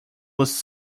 was